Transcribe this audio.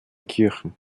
kirchen